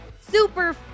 super